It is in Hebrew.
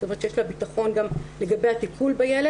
זאת אומרת שיש לה ביטחון גם לגבי הטיפול בילד,